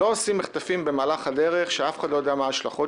לא עושים מחטפים במהלך הדרך כשאף אחד לא יודע מה ההשלכות